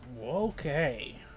Okay